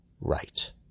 right